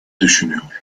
düşünüyor